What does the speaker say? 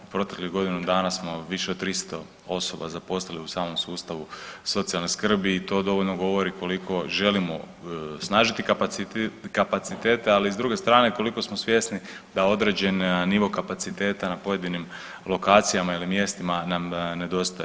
Proteklih godinu dana smo više od 300 osoba zaposlili u samom sustavu socijalne skrbi i to dovoljno govori koliko želimo osnažiti kapacitete, ali s druge strane koliko smo svjesni da određeni nivo kapaciteta na pojedinim lokacijama ili mjestima nam nedostaje.